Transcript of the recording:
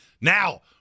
Now